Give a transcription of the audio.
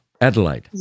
Adelaide